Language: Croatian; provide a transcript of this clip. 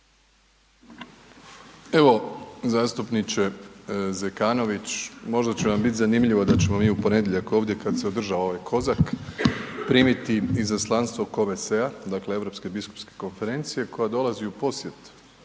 Evo, zastupniče Zekanović, možda će vam bit zanimljivo da ćemo mi u ponedjeljak ovdje kad se održava ovaj kozak primati izaslanstvo COMECE-a, dakle Europske biskupske konferencije koja dolazi u posjet